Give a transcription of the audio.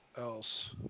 else